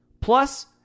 plus